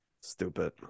stupid